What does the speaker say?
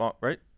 Right